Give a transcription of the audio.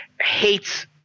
hates